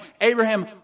Abraham